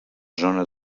zona